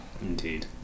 Indeed